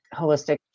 holistic